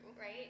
right